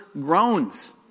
groans